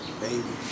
baby